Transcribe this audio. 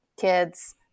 kids